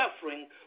suffering